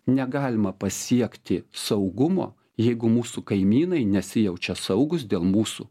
negalima pasiekti saugumo jeigu mūsų kaimynai nesijaučia saugūs dėl mūsų